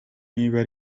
niba